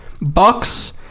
Bucks